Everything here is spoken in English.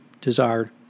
desired